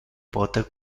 pote